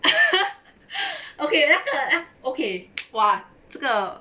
okay 那个 okay !wah! 这个